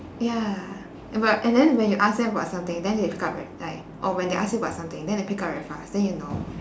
ya and but and then when you ask them about something then they pick up right like or when they ask you about something then they pick up very fast then you know